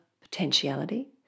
potentiality